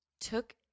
took